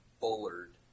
bullard